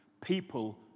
People